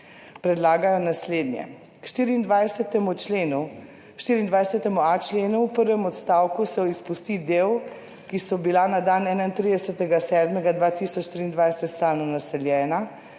predlagajo naslednje: k 24. členu 24.a členu v prvem odstavku se izpusti del, "ki so bila na dan 31. 7. 2023 stalno naseljena",